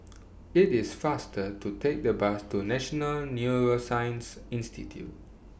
IT IS faster to Take The Bus to National Neuroscience Institute